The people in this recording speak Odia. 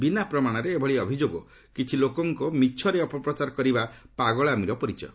ବିନା ପ୍ରମାଣରେ ଏଭଳି ଅଭିଯୋଗ କିଛି ଲୋକ ମିଛରେ ଅପପ୍ରଚାର କରିବା ପାଗଳାମିର ପରିଚୟ